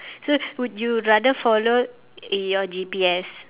so would you rather follow your G_P_S